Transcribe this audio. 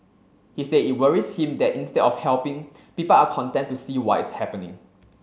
he said it worries him that instead of helping people are content to see what is happening